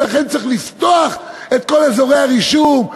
ולכן צריך לפתוח את כל אזורי הרישום.